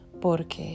porque